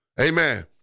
Amen